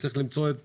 צריך למצוא את